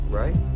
right